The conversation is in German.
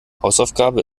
hausaufgabe